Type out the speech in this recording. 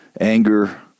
anger